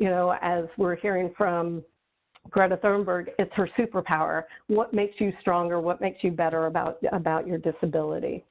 you know, as we're hearing from greta thunberg, it's her superpower. what makes you stronger? what makes you better about about your disability?